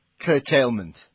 curtailment